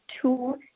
two